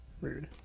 Rude